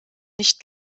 nicht